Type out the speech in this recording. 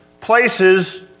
places